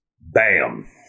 Bam